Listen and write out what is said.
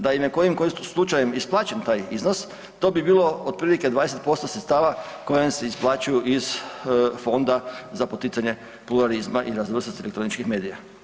Da im je kojim slučajem isplaćen taj iznos to bi bilo otprilike 20% sredstava koji im se isplaćuju iz Fonda za poticanje pluralizma i raznovrsnosti elektroničkih medija.